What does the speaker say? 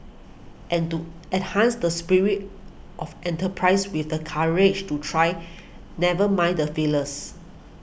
and to enhance the spirit of enterprise with the courage to try never mind the failures